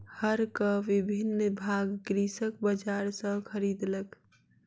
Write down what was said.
हरक विभिन्न भाग कृषक बजार सॅ खरीदलक